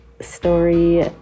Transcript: story